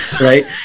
Right